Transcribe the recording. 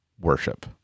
worship